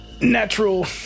natural